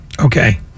Okay